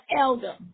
elder